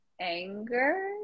anger